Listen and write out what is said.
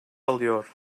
alıyor